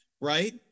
right